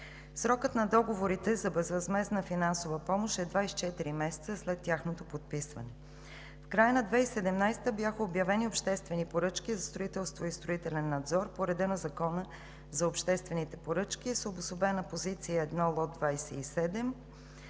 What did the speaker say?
Срокът на договорите за безвъзмездна финансова помощ е 24 месеца след тяхното подписване. В края на 2017 г. бяха обявени обществени поръчки за строителство и строителен надзор по реда на Закона за обществените поръчки с обособена позиция 1 – лот 27,